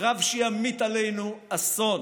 קרב שימיט עלינו אסון.